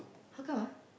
how come ah